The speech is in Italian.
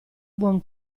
buon